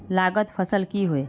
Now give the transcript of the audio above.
लागत फसल की होय?